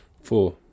Four